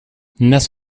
nass